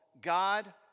God